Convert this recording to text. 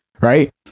right